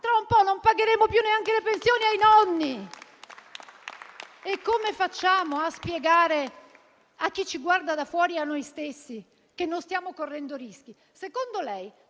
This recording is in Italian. tra un po' non pagheremo più neanche le pensioni ai nonni. Come facciamo a spiegare a chi ci guarda da fuori e a noi stessi che non stiamo correndo rischi?